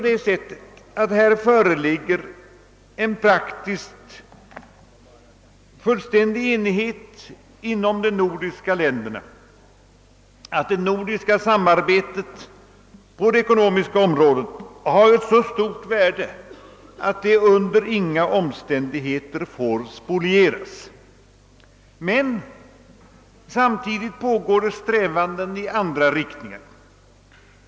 Det föreligger nu praktiskt taget fullständig enighet inom de nordiska länderna om att det nordiska samarbetet på det ekonomiska området har så stort värde att det under inga omständigheter får spolieras. Samtidigt pågår emellertid strävanden i andra riktningen.